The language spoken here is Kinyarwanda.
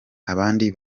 abandi